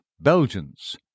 Belgians